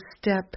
step